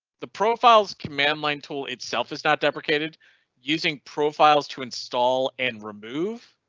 the profiles command line tool itself is not deprecated using profiles to install and remove.